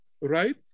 right